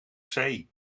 zee